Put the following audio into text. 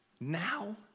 now